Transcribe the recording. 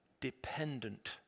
dependent